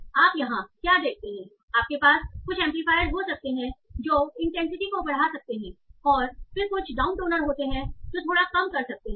तो आप यहां क्या देखते हैं इसलिए आपके पास कुछ एम्पलीफायर हो सकते हैं जो इंटेंसिटी को बढ़ा सकते हैं और फिर कुछ डाउनटोनर होते हैं जो थोड़ा कम कर सकते हैं